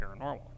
paranormal